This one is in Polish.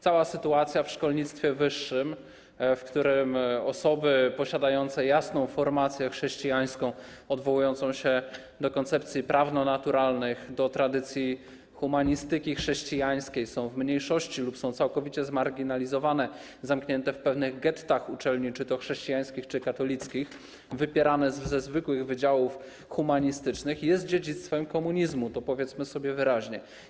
Cała sytuacja w szkolnictwie wyższym, w którym osoby posiadające jasną formację chrześcijańską odwołującą się do koncepcji prawnonaturalnych, do tradycji humanistyki chrześcijańskiej są w mniejszości lub są całkowicie zmarginalizowane, zamknięte w pewnych gettach uczelni czy to chrześcijańskich, czy katolickich, wypierane ze zwykłych wydziałów humanistycznych, jest dziedzictwem komunizmu, to powiedzmy sobie wyraźnie.